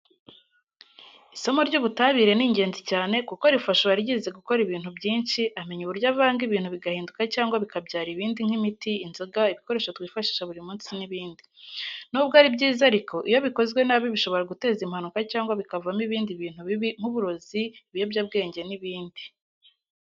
Isomo ry'ubutabire ni ingenzi cyane kuko rifasha uwaryize gukora ibintu byinshi, amenya uburyo avanga ibintu bigahinduka cyangwa bikabyara ibindi nk'imiti, inzoga, ibikoresho twifashisha buri n'ibindi. N'ubwo ari byiza ariko iyo bikozwe nabi bishobora guteza impanuka cyangwa bikavamo ibindi bintu bibi nk'uburozi, ibiyobyabwenge n'ibindi.